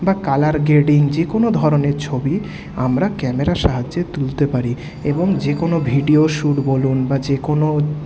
বা colour coding যে কোনো ধরনের ছবি আমরা ক্যামেরার সাহায্যে তুলতে পারি এবং যে কোনো ভিডিও শুট বলুন বা যে কোনো